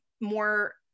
more